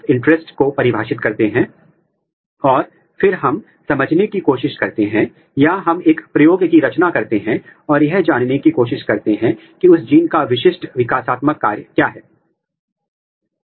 spatial का अर्थ है कि यह कौन से ऊतक कौन सी कोशिकाएं या कौन से अंग मैं यह व्यक्त किया जाता है और टेंपोरल का मतलब है कि विकास के किस चरण में इसने एक्सप्रेस करना शुरू कर दिया है